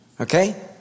okay